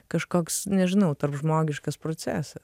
kažkoks nežinau tarpžmogiškas procesas